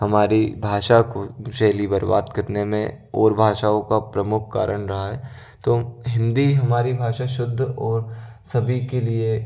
हमारी भाषा की शैली बर्बाद करने में और भाषाओं का प्रमुख कारण रहा है तो हिंदी हमारी भाषा शुद्ध और सभी के लिए